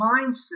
mindset